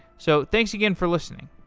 so thanks again for listening